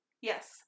yes